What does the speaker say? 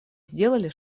сделали